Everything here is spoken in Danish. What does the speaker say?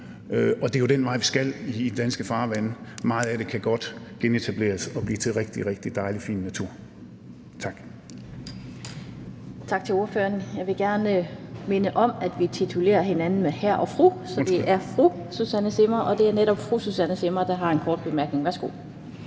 og det er jo den vej, vi skal i de danske farvande. Meget af det kan godt genetableres og blive til rigtig, rigtig dejlig og fin natur. Tak. Kl. 18:15 Den fg. formand (Annette Lind): Tak til ordføreren. Jeg vil gerne minde om, at vi titulerer hinanden med hr. og fru, og det er netop fru Susanne Zimmer, der har en kort bemærkning. Værsgo.